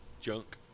Junk